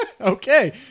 Okay